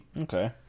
Okay